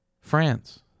france